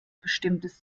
bestimmtes